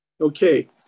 Okay